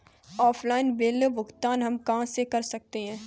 Offline bill भुगतान हम कहां कर सकते हैं?